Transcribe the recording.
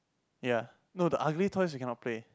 ya no the ugly toys we cannot play